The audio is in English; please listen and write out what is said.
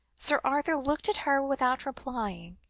sir arthur looked at her without replying.